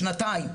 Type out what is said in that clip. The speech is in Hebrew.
שנתיים,